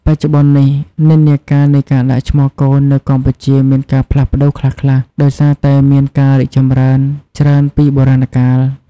បច្ចុប្បន្ននេះ និន្នាការនៃការដាក់ឈ្មោះកូននៅកម្ពុជាមានការផ្លាស់ប្តូរខ្លះៗ ដោយសារតែមានការរីកចម្រើនច្រើនពីបុរាណកាល។